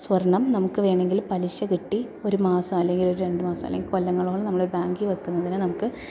സ്വർണം നമുക്ക് വേണമെങ്കിൽ പലിശ കിട്ടി ഒരു മാസം അല്ലെങ്കിൽ ഒരു രണ്ട് മാസം അല്ലെങ്കിൽ കൊല്ലങ്ങളോളം നമ്മളൊരു ബാങ്കിൽ വെക്കുന്നതിന് നമുക്ക്